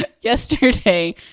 Yesterday